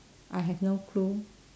I have no clue